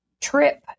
trip